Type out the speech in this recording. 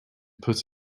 put